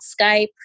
Skype